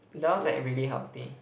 dahl's like really healthy